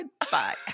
goodbye